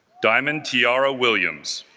diamond tiara williams